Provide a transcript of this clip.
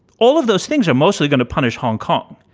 all of those things are mostly going to punish hong kong.